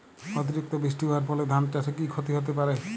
অতিরিক্ত বৃষ্টি হওয়ার ফলে ধান চাষে কি ক্ষতি হতে পারে?